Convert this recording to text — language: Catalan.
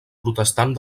protestant